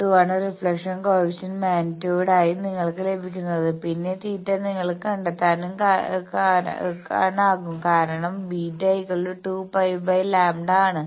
2 ആണ് reflection coefficient മാഗ്നിറ്റ്യൂഡായി നിങ്ങൾക്ക് ലഭിക്കുന്നത് പിന്നെ തീറ്റ നിങ്ങൾക്ക് കണ്ടെത്താനാകും കാരണം β 2 πλ ആണ്